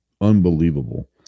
unbelievable